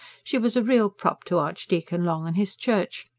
she was a real prop to archdeacon long and his church,